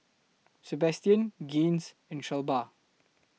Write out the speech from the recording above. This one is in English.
Sabastian Gaines and Shelba